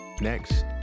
next